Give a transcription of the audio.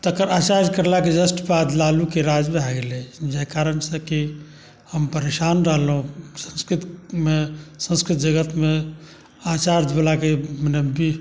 तखन आचार्य कयला के जस्ट बाद लालूके राज रहि गेलै जाहि कारणसँ कि हम परेशान रहलहुँ संस्कृतमे संस्कृत जगतमे आचार्य भेलाके मने कि